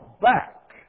back